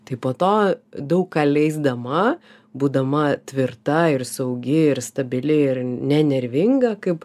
tai po to daug ką leisdama būdama tvirta ir saugi ir stabili ir ne nervinga kaip